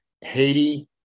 Haiti